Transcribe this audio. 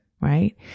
Right